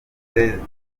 ntawamenya